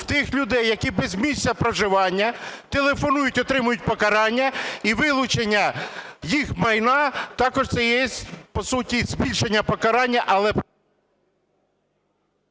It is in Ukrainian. в тих людей, які без місця проживання телефонують, отримують покарання і вилучення їх майна. Також це є, по суті, збільшення покарання,